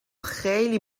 خیلی